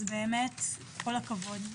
אז כל הכבוד,